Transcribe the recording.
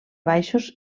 baixos